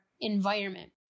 environment